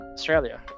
Australia